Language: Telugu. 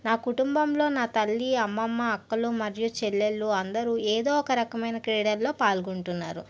నా కుటుంబంలో నా తల్లి అమ్మమ్మ అక్కలు మరియు చెల్లెల్లు అందరూ ఏదో ఒక రకమైన క్రీడల్లో పాల్గొంటున్నారు